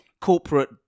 corporate